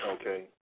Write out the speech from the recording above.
okay